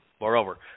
Moreover